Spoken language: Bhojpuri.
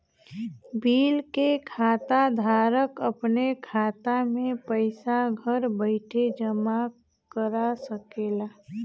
बिल के खाता धारक अपने खाता मे पइसा घर बइठे जमा करा सकेला